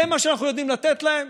זה מה שאנחנו יודעים לתת להן?